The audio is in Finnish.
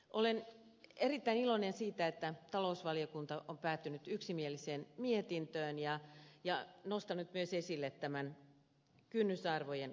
olen erittäin iloinen siitä että talousvaliokunta on päätynyt yksimieliseen mietintöön ja nostanut myös esille kynnysarvojen kaksinkertaistamisen